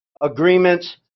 agreements